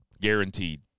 Guaranteed